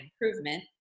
improvement